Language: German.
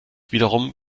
wiederum